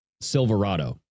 Silverado